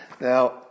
Now